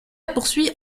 poursuit